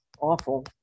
awful